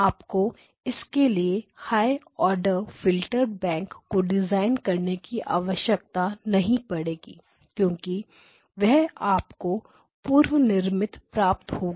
आपको इसके लिए हाईर ऑर्डर फिल्टर बैंक को डिजाइन करने की आवश्यकता नहीं पड़ेगी क्योंकि वह आपको पूर्व निर्मित प्राप्त होगा